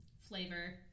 flavor